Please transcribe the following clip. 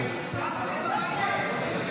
נתקבלה.